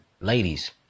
ladies